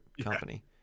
company